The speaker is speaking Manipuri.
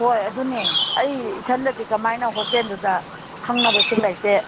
ꯍꯣꯏ ꯑꯗꯨꯅꯦ ꯑꯩ ꯏꯊꯟꯗꯗꯤ ꯀꯃꯥꯏꯅ ꯍꯣꯇꯦꯟꯗꯨꯗ ꯈꯪꯅꯕꯁꯨ ꯂꯩꯇꯦ